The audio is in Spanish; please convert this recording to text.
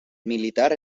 militar